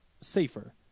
safer